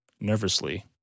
Nervously